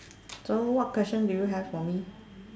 so what question do you have for me